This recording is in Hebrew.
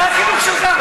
זה החינוך שלך,